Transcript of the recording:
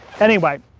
anyway,